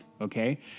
okay